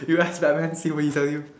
you ask Batman see what he tell you